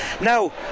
now